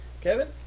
Kevin